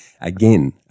Again